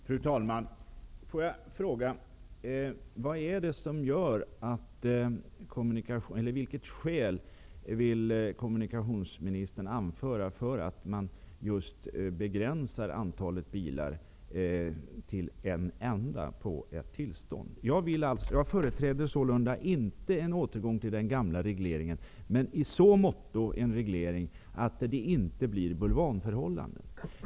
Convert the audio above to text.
Fru talman! Får jag fråga: Vilket skäl vill kommunikationsministern anföra för att antalet bilar skall begränsas till en enda på ett tillstånd? Jag förespråkar sålunda inte en återgång till den gamla regleringen, men i så måtto en reglering att det inte blir bulvanförhållanden.